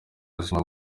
buzima